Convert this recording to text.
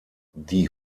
die